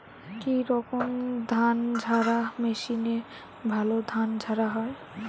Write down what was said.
কি রকম ধানঝাড়া মেশিনে ভালো ধান ঝাড়া হয়?